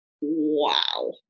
wow